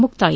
ಮುಕ್ತಾಯ